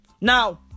Now